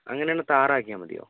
അങ്ങനെ ആണെങ്കിൽ ഥാർ ആക്കിയാൽ മതിയോ